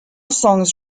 songs